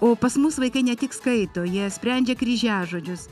o pas mus vaikai ne tik skaito jie sprendžia kryžiažodžius